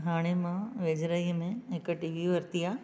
हाणे मां वेझिराईअ में हिकु टीवी वरिती आहे